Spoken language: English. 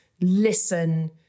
Listen